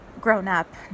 grown-up